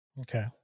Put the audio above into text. Okay